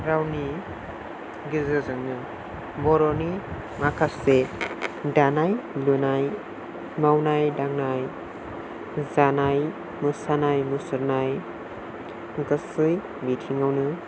रावनि गेजेरजोंनो बर'नि माखासे दानाय लुनाय मावनाय दांनाय जानाय मोसानाय मुसुरनाय गासै बिथिङावनो